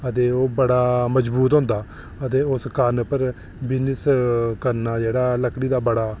ते ओह् बड़ा मज़बूत होंदा ते उस कारण बिज़नेस करना जेह्ड़ा लकड़ी दा बड़ा